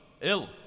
ill